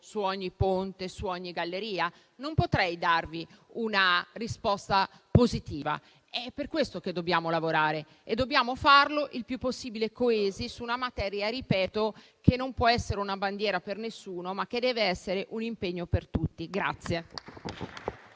su ogni ponte, su ogni galleria, non potrei dare una risposta positiva. È per questo che dobbiamo lavorare e dobbiamo farlo restando il più possibile coesi su una materia che - lo ripeto - non può essere una bandiera per nessuno, ma deve essere un impegno per tutti.